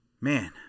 man